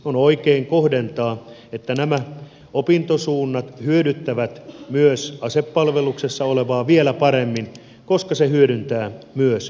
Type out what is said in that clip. on oikein kohdentaa niin että nämä opintosuunnat hyödyttävät myös asepalveluksessa olevaa vielä paremmin koska se hyödyttää myös yhteiskuntaa